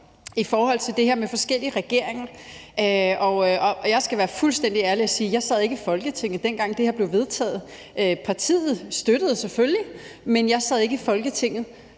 i forhold til det her med forskellige regeringer, og jeg skal være fuldstændig ærlig og sige, at jeg ikke sad i Folketinget, dengang det her blev vedtaget. Partiet støttede det selvfølgelig, men jeg sad ikke i Folketinget.